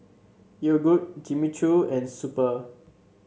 Yogood Jimmy Choo and Super